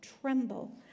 tremble